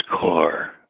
car